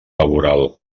laboral